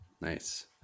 Nice